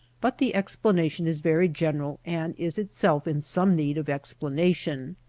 but the explanation is very general and is itself in some need of explanation.